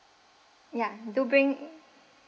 yeah do bring